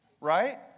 Right